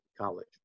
College